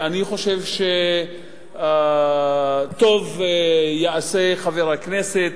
אני חושב שטוב יעשה חבר הכנסת,